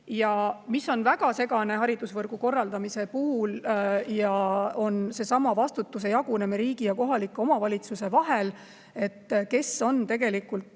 ei sobi. Väga segane haridusvõrgu korraldamise puhul on vastutuse jagunemine riigi ja kohaliku omavalitsuse vahel: kes on tegelikult